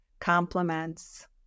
compliments